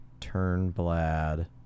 Turnblad